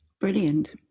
Brilliant